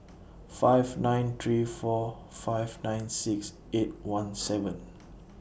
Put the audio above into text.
five nine three four five nine six eight one seven